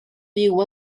byw